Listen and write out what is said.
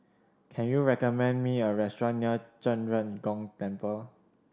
can you recommend me a restaurant near Zhen Ren Gong Temple